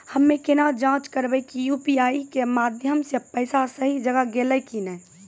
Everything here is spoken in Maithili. हम्मय केना जाँच करबै की यु.पी.आई के माध्यम से पैसा सही जगह गेलै की नैय?